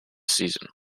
season